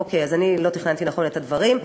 אוקיי, אז לא תכננתי נכון את הדברים.